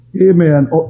Amen